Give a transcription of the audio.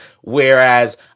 Whereas